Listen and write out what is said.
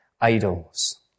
idols